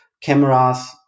cameras